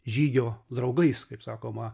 žygio draugais kaip sakoma